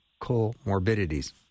comorbidities